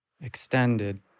Extended